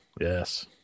Yes